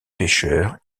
pêcheur